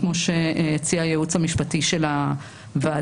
כמו שהציע הייעוץ המשפטי לוועדה,